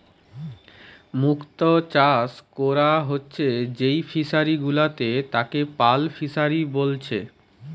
মুক্ত চাষ কোরা হচ্ছে যেই ফিশারি গুলাতে তাকে পার্ল ফিসারী বলছে